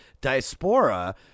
diaspora